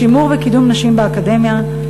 שימור וקידום נשים באקדמיה,